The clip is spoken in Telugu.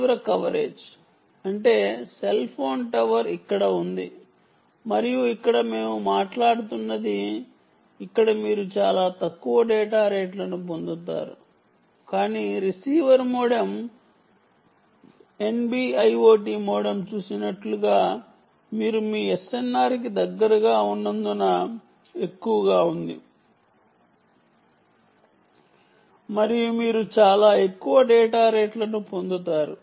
తీవ్ర కవరేజ్ అంటే సెల్ ఫోన్ టవర్ ఇక్కడ ఉంది మరియు ఇక్కడ మేము మాట్లాడుతున్నది ఇక్కడ మీరు చాలా తక్కువ డేటా రేట్లను పొందుతారు కానీ receiver modem NB IoT modem చూసినట్లుగా మీరు మీ SNR కి దగ్గరగా ఉన్నందున ఎక్కువగా ఉంది మరియు మీరు చాలా ఎక్కువ డేటా రేట్లను పొందుతారు